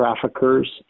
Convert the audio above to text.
traffickers